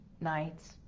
nights